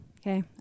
Okay